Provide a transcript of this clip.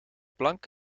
plank